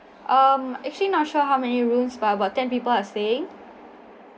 um I'm actually not sure how many rooms by about ten people are saying